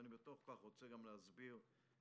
ותוך כדי כך אני רוצה גם להסביר את